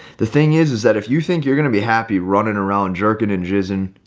the thing is, is that if you think you're going to be happy running around jerking hinges and,